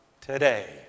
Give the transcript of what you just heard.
today